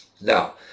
Now